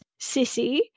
Sissy